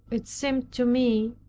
it seemed to me,